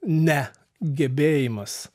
ne gebėjimas